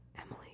Emily